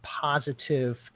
positive